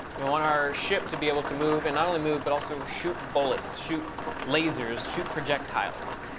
we want our ship to be able to move, and not only move but also shoot bullets, shoot lasers, shoot projectiles.